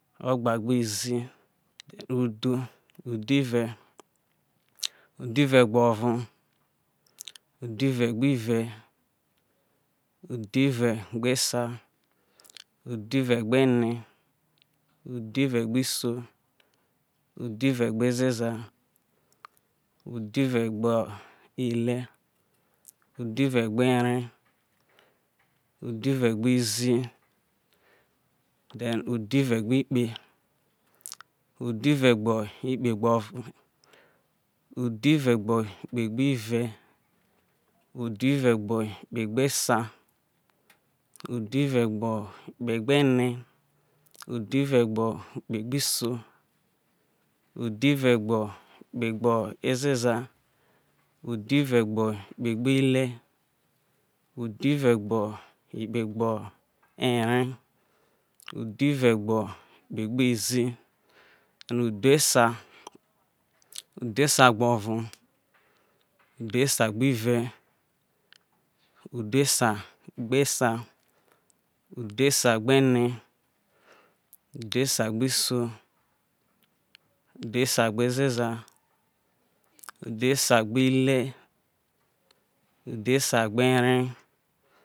ogbagbe izi udhuve udhuve gboro udhugbe ive udhuve gbene udhuvegbeo iso udhuvegbo ezeza udhuve gbo ile udhuvegbere udhuvegboni then udhuve gbo kpe udhuvegbo ikpe gbo ro udhuve gbo ikpegbave udhu rogboikpe ene udhuvegbo ikpe gbo iso udhuvegboikpe gbo ezeza udhu vegbo ikpe gbo ile udhuvegbo ikpe gbo ere idhuvegbo ikpo izi udho sa udho zagboro udhusa gbeve udhose gbene udhosa ghe iso udhosegbe ezeza udhosa gbe ile udhogbe ere.